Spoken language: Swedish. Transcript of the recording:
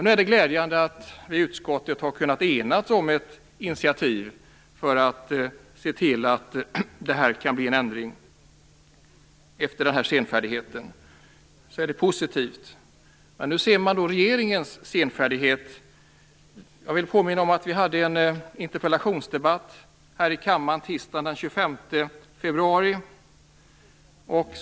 Nu är det glädjande att utskottet har kunnat enas om ett initiativ för att se till att det efter denna senfärdighet kan bli en ändring. Detta är positivt. Nu ser man regeringens senfärdighet. Jag vill påminna om att det tisdagen den 25 februari var en interpellationsdebatt i kammaren.